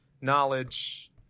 knowledge